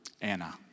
Anna